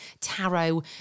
tarot